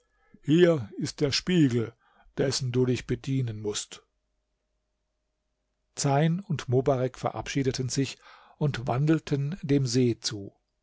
hier ist der spiegel dessen du dich bedienen mußt zeyn und mobarek verabschiedeten sich und wandelten dem see zu